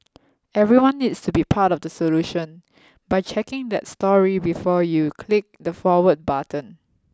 everyone needs to be part of the solution by checking that story before you click the Forward button